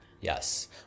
yes